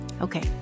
Okay